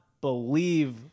believe